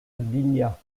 gdynia